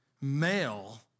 male